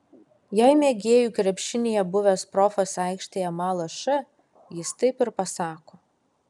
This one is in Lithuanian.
jei mėgėjų krepšinyje buvęs profas aikštėje mala š jis taip ir pasako